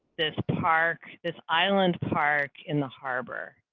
this park this island park in the harbor,